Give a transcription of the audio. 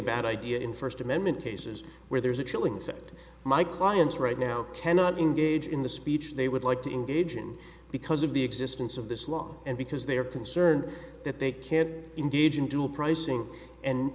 bad idea in first amendment cases where there is a chilling effect my clients right now cannot engage in the speech they would like to engage in because of the existence of this law and because they are concerned that they can't engage in dual pricing and